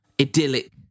idyllic